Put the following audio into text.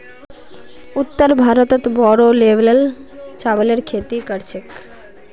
उत्तर भारतत बोरो लेवलत चावलेर खेती कर छेक